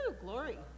glory